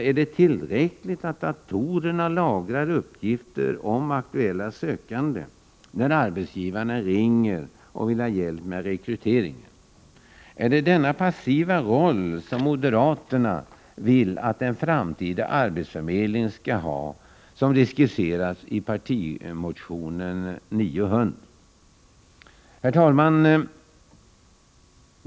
Är det tillräckligt att datorerna lagrar uppgifter om aktuella sökande när arbetsgivarna ringer och vill ha hjälp med rekryteringen? Är det denna passiva roll moderaterna vill att den framtida arbetsförmedling skall ha som de skisserar i partimotion 900? Herr talman!